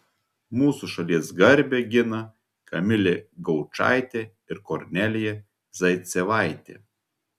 mūsų šalies garbę gina kamilė gaučaitė ir kornelija zaicevaitė